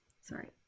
Sorry